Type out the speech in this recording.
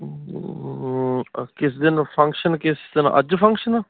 ਕਿਸ ਦਿਨ ਫੰਕਸ਼ਨ ਕਿਸ ਤਰ੍ਹਾਂ ਅੱਜ ਫੰਕਸ਼ਨ